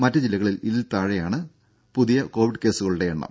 മറ്റു ജില്ലകളിൽ ഇതിൽ താഴെയാണ് പുതിയ കോവിഡ് കേസുകളുടെ എണ്ണം